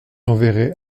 enverrai